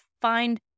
find